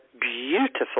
beautiful